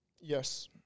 Yes